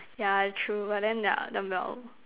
yeah true but then yeah dumbbell